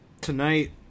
tonight